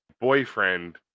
boyfriend